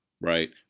Right